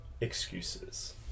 excuses